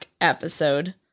episode